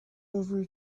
over